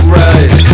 right